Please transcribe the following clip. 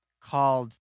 called